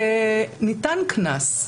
וניתן קנס.